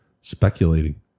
speculating